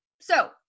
so-